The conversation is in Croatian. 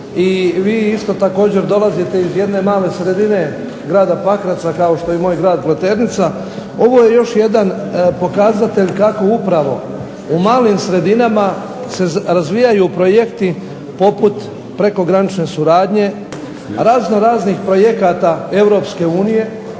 i vi isto također dolazite iz jedna male sredine grada Pakraca kao što je i moj grad Pleternica, ovo je još jedan pokazatelj kako upravo u malim sredinama se razvijaju projekti poput prekogranične suradnje, razno raznih projekata EU. I mi